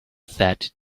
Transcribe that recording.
said